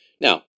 Now